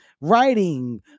writing